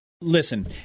Listen